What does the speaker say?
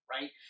right